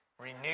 renewed